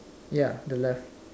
ya the left